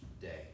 day